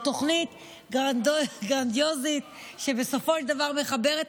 זו תוכנית גרנדיוזית שבסופו של דבר מחברת